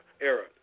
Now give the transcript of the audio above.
era